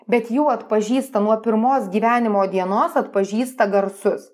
bet jau atpažįsta nuo pirmos gyvenimo dienos atpažįsta garsus